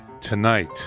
tonight